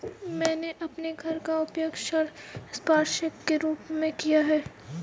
मैंने अपने घर का उपयोग ऋण संपार्श्विक के रूप में किया है